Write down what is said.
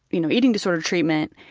you know, eating disorder treatment,